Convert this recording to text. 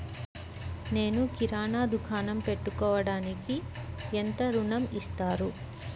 నేను కిరాణా దుకాణం పెట్టుకోడానికి ఎంత ఋణం ఇస్తారు?